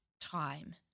time